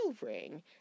ring